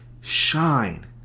shine